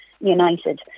united